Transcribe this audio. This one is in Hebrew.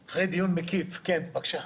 בבקשה.